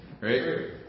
right